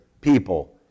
people